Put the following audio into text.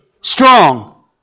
Strong